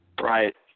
Right